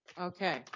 Okay